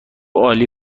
عالی